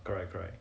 correct correct